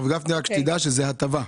אבל גפני, רק שתדע שזו הטבה.